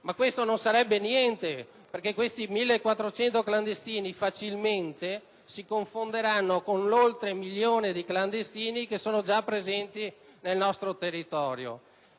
clandestini, ma ciò è niente, perché questi 1.400 clandestini facilmente si confonderanno con l'oltre un milione di clandestini già presenti nel nostro territorio.